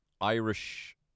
Irish